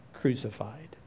crucified